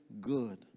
good